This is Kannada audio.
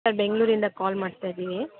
ಸರ್ ಬೆಂಗಳೂರಿಂದ ಕಾಲ್ ಮಾಡ್ತಾ ಇದ್ದೀನಿ